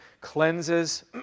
cleanses